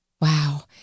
Wow